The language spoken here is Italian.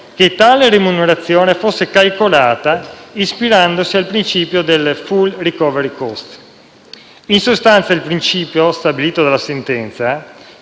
che tale remunerazione fosse calcolata ispirandosi al principio del *full recovery cost*. In sostanza, il principio stabilito dalla sentenza